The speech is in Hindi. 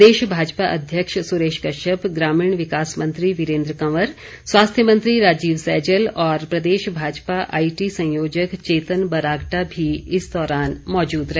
प्रदेश भाजपा अध्यक्ष सुरेश कश्यप ग्रामीण विकास मंत्री वीरेन्द्र कंवर स्वास्थ्य मंत्री राजीव सैजल और प्रदेश भाजपा आईटी संयोजक चेतन बरागटा भी इस दौरान मौजूद रहे